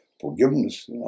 forgiveness